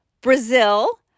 Brazil